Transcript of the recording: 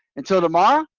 until tomorrow,